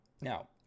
now